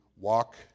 walk